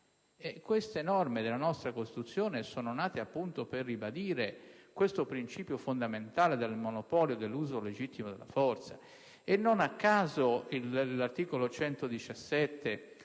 Queste norme della nostra Costituzione sono nate per ribadire il principio fondamentale del monopolio dell'uso legittimo della forza e, non a caso, l'articolo 117,